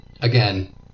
again